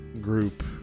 group